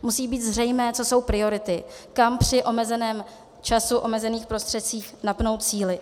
Musí být zřejmé, co jsou priority, kam při omezeném času, omezených prostředcích napnout síly.